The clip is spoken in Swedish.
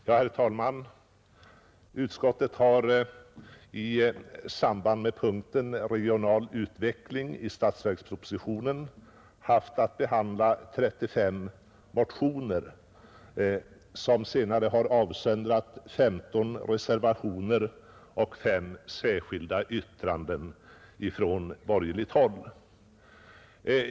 Herr talman! Utskottet har i samband med punkten Regional utveckling i statsverkspropositionen haft att behandla 35 motioner, som senare har avsöndrat 15 reservationer och 5 särskilda yttranden från borgerligt håll.